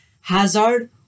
Hazard